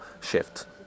shift